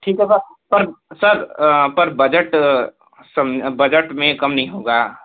ठीक सर पर सर पर बजट बजट में कम नहीं होगा